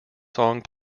song